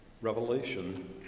Revelation